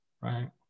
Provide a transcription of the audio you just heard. right